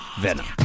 Venom